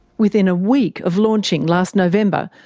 within a week of launching last november,